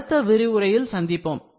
அடுத்த விரிவுரையில் சந்திப்போம்